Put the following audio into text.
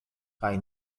kaj